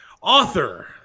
Author